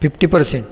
fifty percent